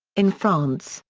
in france,